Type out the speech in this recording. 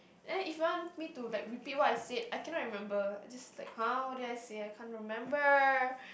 then if you want me to like repeat what I said I cannot remember I just like [huh] what do I say I can't remember